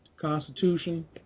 Constitution